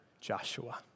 Joshua